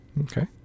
Okay